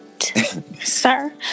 sir